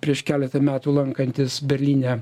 prieš keletą metų lankantis berlyne